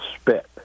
spit